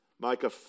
Micah